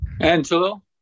Angelo